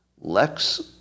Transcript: Lex